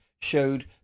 showed